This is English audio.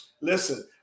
Listen